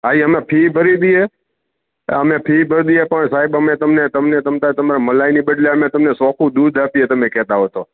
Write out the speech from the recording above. હાં એમાં ફી ભરી દીધી હે અમે ફી બહાર દઈએ પણ સાહેબ અમે તમને તમને તમ ત્યાર મલાઈને બદલે અમે તમને છોકહું દૂધ આપીએ તમે કેતા હોવ તો